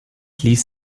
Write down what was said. ließ